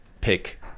pick